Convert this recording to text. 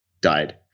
died